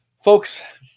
Folks